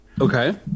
Okay